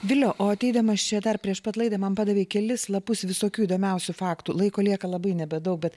viliau o ateidamas čia dar prieš pat laidą man padavė kelis lapus visokių įdomiausių faktų laiko lieka labai nebedaug bet